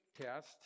test